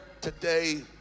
today